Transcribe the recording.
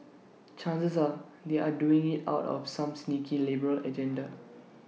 chances are they are doing IT out of some sneaky liberal agenda